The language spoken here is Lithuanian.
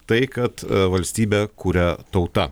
tai kad valstybę kuria tauta